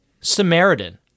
Samaritan